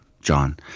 John